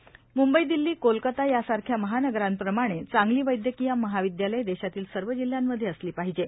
ग्रंबई दिल्ली कोलकाता यासारख्या महावगराप्रमाणेच चांगली वैद्यकीय महाविद्यालय देशातील सर्व जिल्ह्यांमध्ये असली पाठिजे